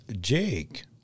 Jake